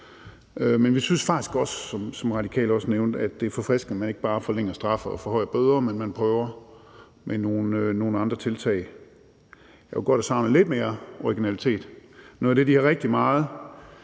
Men vi synes faktisk også, som Radikale også nævnte, at det er forfriskende, at man ikke bare forlænger straffe og forhøjer bøder, men at man prøver med nogle andre tiltag. Jeg kunne godt savne lidt mere originalitet. Noget af det, de har rigtig meget